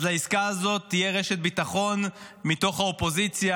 אז לעסקה הזאת תהיה רשת ביטחון מתוך האופוזיציה.